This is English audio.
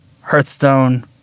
Hearthstone